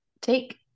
take